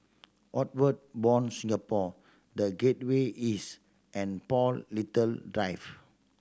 Outward Bound Singapore The Gateway East and Paul Little Drive